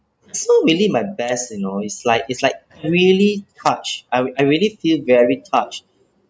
so really my best you know is like is like really touch I I really feel very touched